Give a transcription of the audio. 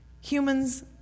Humans